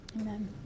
Amen